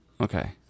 Okay